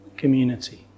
community